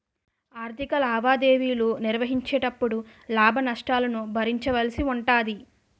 ఆర్ధిక లావాదేవీలు నిర్వహించేటపుడు లాభ నష్టాలను భరించవలసి ఉంటాది